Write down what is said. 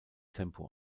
tempo